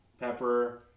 pepper